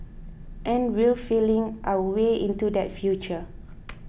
and we're feeling our way into that future